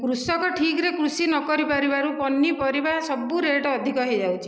କୃଷକ ଠିକରେ କୃଷି ନ କରିପାରିବାରୁ ପନିପରିବା ସବୁ ରେଟ ଅଧିକ ହୋଇଯାଉଛି